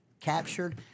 captured